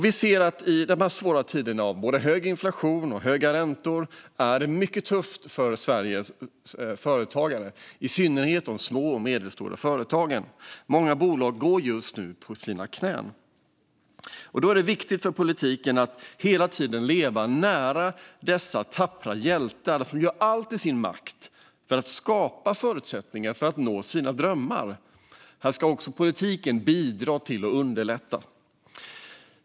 Vi ser att det i dessa svåra tider av både hög inflation och höga räntor är mycket tufft för Sveriges företagare, i synnerhet de små och medelstora företagen. Många bolag går just nu på knäna. Då är det viktigt för politiken att hela tiden leva nära dessa tappra hjältar och göra allt i vår makt för att skapa förutsättningar för dem att nå sina drömmar. Politiken ska bidra till att underlätta.